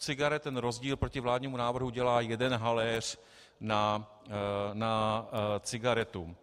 U cigaret ten rozdíl proti vládnímu návrhu dělá jeden haléř na cigaretu.